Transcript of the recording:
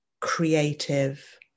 creative